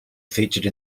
featured